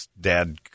dad